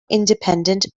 independent